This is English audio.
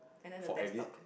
for every